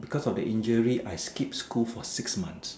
because of the injury I skipped school for six months